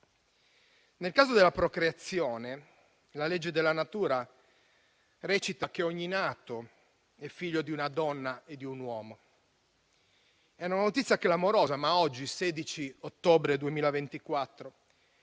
Nel caso della procreazione, la legge della natura recita che ogni nato è figlio di una donna e di un uomo. È una notizia clamorosa, ma oggi, 16 ottobre 2024,